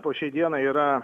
po šiai dienai yra